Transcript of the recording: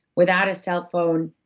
without a cell phone,